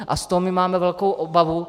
A z toho my máme velkou obavu.